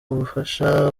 ubufasha